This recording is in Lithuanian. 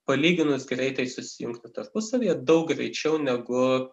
palyginus greitai susijungtų tarpusavyje daug greičiau negu